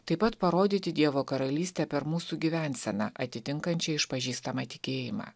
taip pat parodyti dievo karalystę per mūsų gyvenseną atitinkančią išpažįstamą tikėjimą